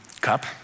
cup